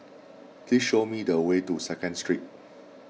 please show me the way to Second Street